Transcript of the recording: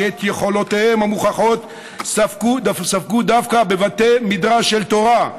שאת יכולותיהם המוכחות ספגו דווקא בבתי מדרש של תורה,